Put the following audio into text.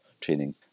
training